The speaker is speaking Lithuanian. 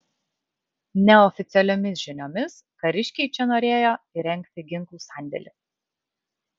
neoficialiomis žiniomis kariškiai čia norėjo įrengti ginklų sandėlį